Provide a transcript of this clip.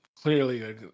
clearly